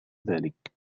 ذلك